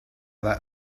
that